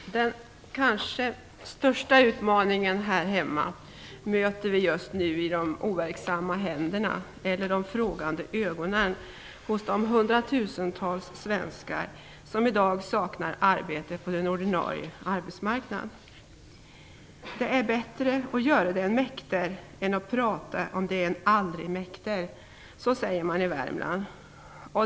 Fru talman! Den kanske största utmaningen här hemma möter vi just nu i de overksamma händerna eller de frågande ögonen hos de 100 000-tals svenskar som i dag saknar arbete på den ordinarie arbetsmarknaden. "De ä bättre att göre de en mäkter än å prate om de en alri mäkter", så säger man i Värmland.